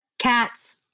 Cats